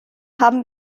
haben